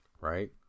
Right